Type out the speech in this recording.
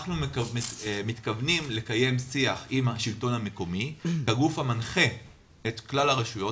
אנחנו מתכוונים לקיים שיח עם השלטון המקומי והגוף המנחה את כלל הרשויות,